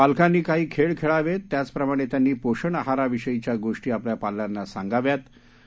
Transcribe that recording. पालकांनी काही खेळ खेळावेत त्याचप्रमाणे त्यांनी पोषण आहाराविषयीच्या गोष्टी आपल्या पाल्यांना सांगाव्यात असंही ते म्हणाले